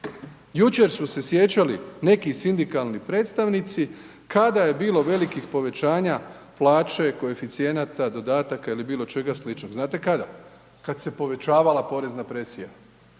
Jučer su se sjećali neki sindikalni predstavnici kada je bilo velikih povećanja plaće, koeficijenata, dodataka ili bilo čega sličnog, znate kada? Kad se povećavala porezna presija.